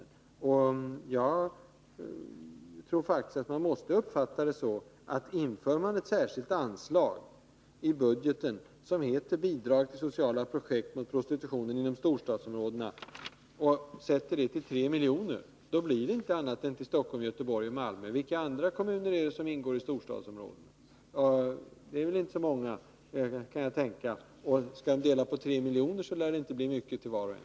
Inför man ett särskilt anslag med 3 miljoner i budgeten till det som är betecknat Bidrag till sociala projekt mot prostitutionen inom storstadsområdena, då blir det först och främst fråga om Stockholm, Göteborg och Malmö. Vilka andra kommuner är det som ingår i storstadsområdena? Det kan inte vara så många, och skall de dela på 3 miljoner lär det inte bli mycket till var och en.